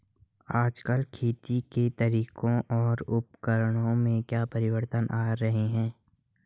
आजकल खेती के तरीकों और उपकरणों में क्या परिवर्तन आ रहें हैं?